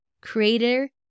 creator